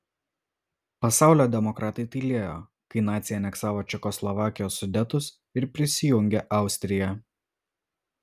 pasaulio demokratai tylėjo kai naciai aneksavo čekoslovakijos sudetus ir prisijungė austriją